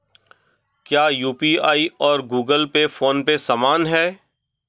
क्या यू.पी.आई और Google Pay PhonePe समान हैं?